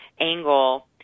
angle